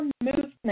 movement